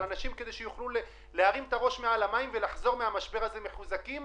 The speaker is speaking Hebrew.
כדי שאנשים יוכלו להרים את הראש מעל למים ולחזור מהמשבר הזה מחוזקים,